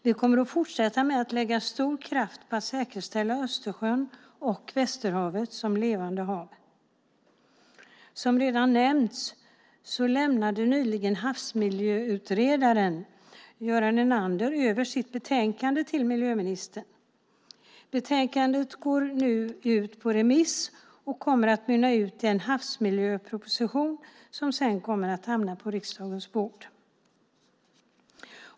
Vi kommer att fortsätta med att lägga stor kraft på att säkerställa Östersjön och Västerhavet som levande hav. Som redan nämnts lämnade nyligen havsmiljöutredaren Göran Enander över sitt betänkande till miljöministern. Betänkandet går nu ut på remiss och kommer att mynna ut i en havsmiljöproposition som sedan kommer att hamna på riksdagens bord.